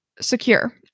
secure